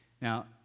Now